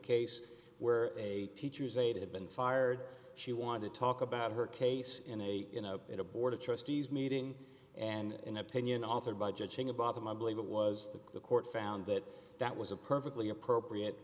case where a teacher's aide had been fired she wanted to talk about her case in a in a in a board of trustees meeting and an opinion authored by judging a bottom i believe it was that the court found that that was a perfectly appropriate